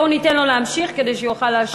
בואו ניתן לו להמשיך כדי שיוכל להשיב.